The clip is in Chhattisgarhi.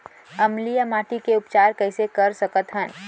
अम्लीय माटी के उपचार कइसे कर सकत हन?